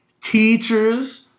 teachers